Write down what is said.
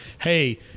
hey